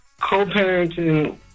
co-parenting